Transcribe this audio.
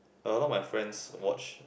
a lot my friends watch